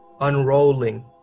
unrolling